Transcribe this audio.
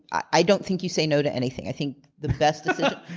i don't think you say no to anything. i think the best decision.